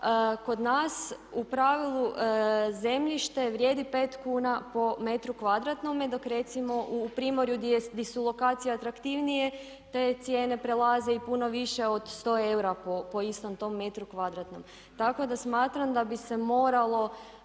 kod nas u pravilu zemljište vrijedi 5 kuna po metru kvadratnome dok recimo u Primorju di su lokacije atraktivnije te cijene prelaze i puno više od 100 eura po istom tom metru kvadratnom. Tako da smatram da bi se moralo